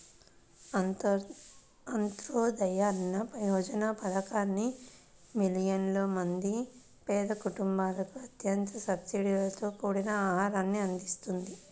అంత్యోదయ అన్న యోజన పథకాన్ని మిలియన్ల మంది పేద కుటుంబాలకు అత్యంత సబ్సిడీతో కూడిన ఆహారాన్ని అందిస్తుంది